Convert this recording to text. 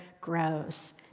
grows